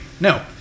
no